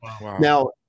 Now